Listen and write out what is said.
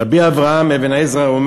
רבי אברהם אבן עזרא,